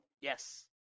Yes